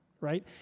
right